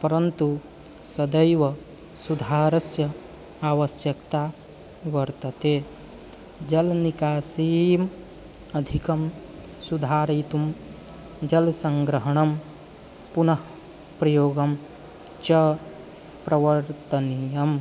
परन्तु सदैव सुधारस्य आवश्यकता वर्तते जलनिकासीम् अधिकं सुधारयितुं जलसङ्ग्रहणं पुनः प्रयोगं च प्रवर्तनीयम्